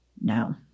No